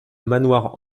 manoir